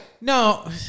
No